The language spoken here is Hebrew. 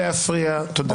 נא לא להפריע, תודה.